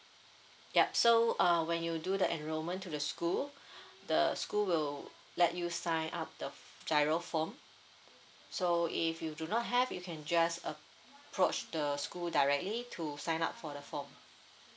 yup so uh when you do the enrolment to the school the school will let you sign up the f~ G_I_R_O form so if you do not have you can just approach the school directly to sign up for the form